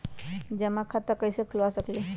हम जमा खाता कइसे खुलवा सकली ह?